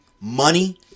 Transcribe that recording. Money